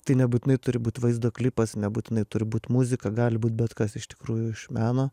tai nebūtinai turi būt vaizdo klipas nebūtinai turi būt muzika gali būt bet kas iš tikrųjų iš meno